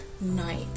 night